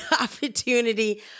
opportunity